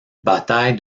bataille